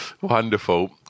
Wonderful